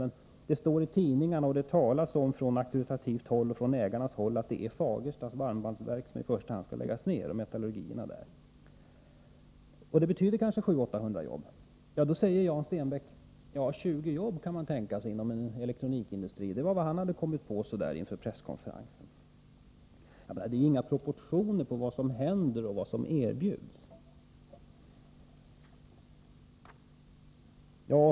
Det står emellertid i tidningarna, och det talas från auktoritativt håll och från ägarhåll om att det är Fagerstas varmbandsverk och metallurgierna där som i första hand skall läggas ned. Det betyder kanske 700 å 800 jobb. Då säger Jan Stenbeck att 20 jobb kan man tänka sig som ersättning inom en elektronikindustri. Det var vad han hade kommit på inför presskonferensen. Jag menar att det är inga proportioner på vad som händer — vad som försvinner och vad som erbjuds.